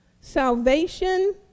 salvation